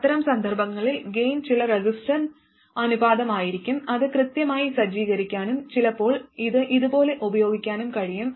അത്തരം സന്ദർഭങ്ങളിൽ ഗൈൻ ചില റെസിസ്റ്റർ അനുപാതമായിരിക്കും അത് കൃത്യമായി സജ്ജീകരിക്കാനും ചിലപ്പോൾ ഇത് ഇതുപോലെ ഉപയോഗിക്കാനും കഴിയും